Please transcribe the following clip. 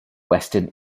western